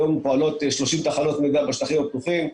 היום פועלות 30 תחנות מידע בשטחים הפתוחים.